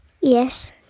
Yes